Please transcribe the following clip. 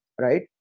right